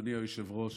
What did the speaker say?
אדוני היושב-ראש,